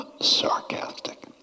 sarcastic